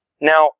Now